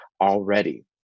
already